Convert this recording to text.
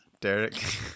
Derek